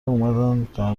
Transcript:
اومدن